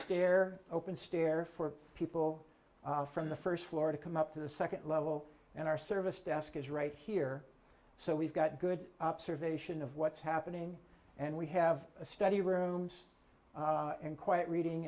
stair open stair for people from the first floor to come up to the second level and our service desk is right here so we've got good observation of what's happening and we have a study rooms in quite reading